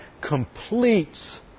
completes